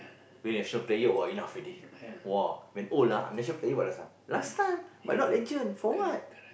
win national player !wah! enough already !wah! when old ah I'm national player what last time last time but not legend for what